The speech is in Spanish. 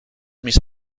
mis